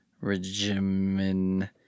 regimen